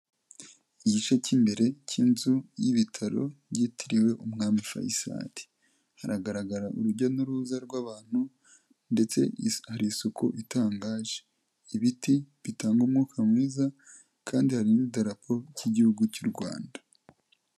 Igice cy'imbere cy'inzu y'ibitaro byitiriwe Umwami Faisal. Haragaragara urujya n'uruza rw'abantu ndetse hari isuku itangaje, ibiti bitanga umwuka mwiza kandi hari n'idarapo ry'Igihugu cy'u Rwanda.